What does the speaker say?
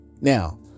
Now